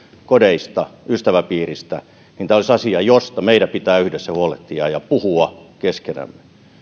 kodeista ystäväpiiristä niin tämä olisi asia josta meidän pitää yhdessä huolehtia ja puhua keskenämme